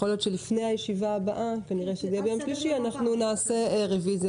יכול להיות שלפני הישיבה הבאה נציע רוויזיה